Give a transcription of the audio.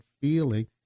feeling